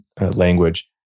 language